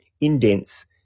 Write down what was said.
indents